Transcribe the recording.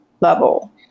level